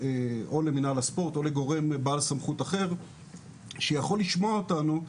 למינהל הספורט או לגורם בעל סמכות אחר שיכול לשמוע אותנו,